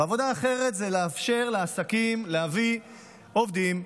ועבודה אחרת זה לאפשר לעסקים להביא עובדים,